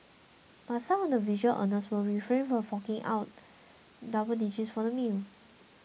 but some of the visual earners will refrain from forking double digits for the meal